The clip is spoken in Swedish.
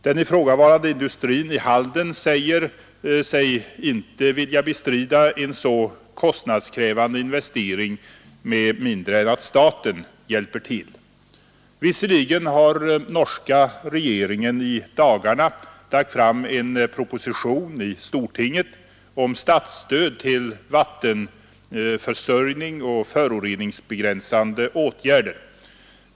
Den ifrågavarande industrin i Halden säger sig inte vilja bestrida en så kostnadskrävande investering med mindre än att staten hjälper till. Norska regeringen har i dagarna lagt fram en proposition i stortinget om statsstöd till vattenförsörjning och föroreningsbegränsande åtgärder.